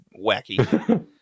wacky